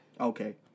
Okay